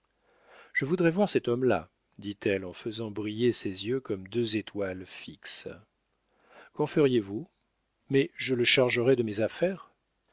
je voudrais voir cet homme-là dit-elle en faisant briller ses yeux comme deux étoiles fixes qu'en feriez-vous mais je le chargerais de mes affaires